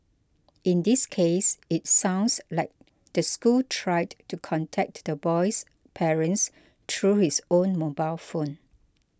in this case it sounds like the school tried to contact the boy's parents through his own mobile phone